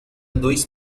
dois